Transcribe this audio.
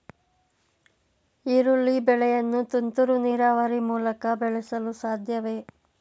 ಈರುಳ್ಳಿ ಬೆಳೆಯನ್ನು ತುಂತುರು ನೀರಾವರಿ ಮೂಲಕ ಬೆಳೆಸಲು ಸಾಧ್ಯವೇ?